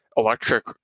electric